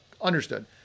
Understood